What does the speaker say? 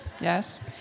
Yes